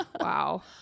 wow